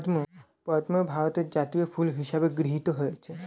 পদ্ম ভারতের জাতীয় ফুল হিসেবে গৃহীত হয়েছে